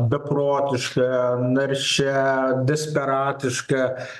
beprotiška naršia desperatiška